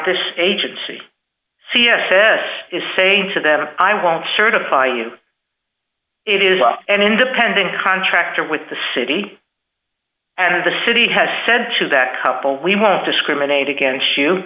dish agency c s s is saying to them i won't certify you it is an independent contractor with the city and the city has said to that couple we won't discriminate against you